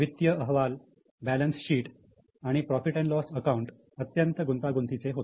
वित्तीय अहवाल balance sheet आणि प्रॉफिट अँड लॉस अकाउंट अत्यंत गुंतागुंतीचे होते